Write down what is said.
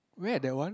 where that one